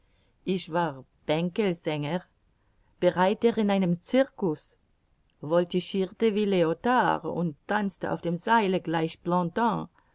ich war bänkelsänger bereiter in einem circus voltigirte wie leotard und tanzte auf dem seile gleich